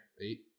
Eight